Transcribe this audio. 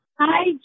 Hi